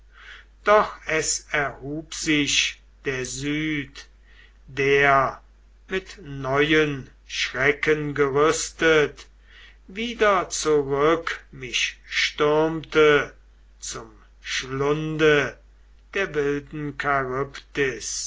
doch es erhub sich der süd der mit neuen schrecken gerüstet wieder zurück mich stürmte zum schlunde der wilden